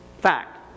Fact